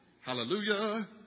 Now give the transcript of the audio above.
Hallelujah